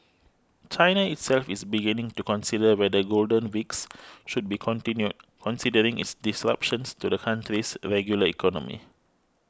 China itself is beginning to consider whether Golden Weeks should be continued considering its disruptions to the country's regular economy